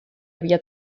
havia